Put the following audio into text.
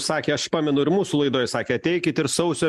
sakė aš pamenu ir mūsų laidoj sakė ateikit ir sausio